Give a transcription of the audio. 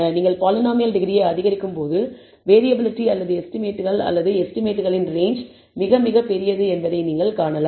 நீங்கள் பாலினாமியல் டிகிரியை அதிகரிக்கும்போது வேறியபிலிட்டி அல்லது எஸ்டிமேட்கள் அல்லது எஸ்டிமேட்களின் ரேஞ்ச் மிக மிகப் பெரியது என்பதை நீங்கள் காணலாம்